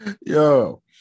Yo